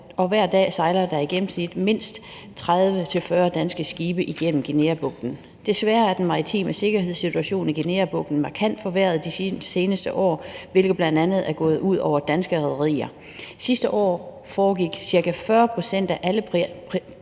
hver dag i gennemsnit mindst 30-40 danske skibe igennem Guineabugten. Desværre er den maritime sikkerhedssituation i Guineabugten markant forværret de seneste år, hvilket bl.a. er gået ud over danske rederier. Sidste år foregik ca. 40 pct. af alle